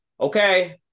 okay